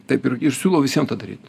taip ir ir siūlau visiem tą daryt